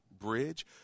Bridge